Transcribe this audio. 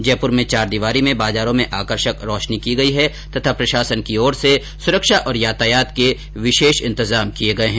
जयपुर में चार दीवारी में बाजारों में आकर्षक रोशनी की गई तथा प्रशासन की ओर से सुरक्षा और यातायात के विशेष इंतजाम किये गये है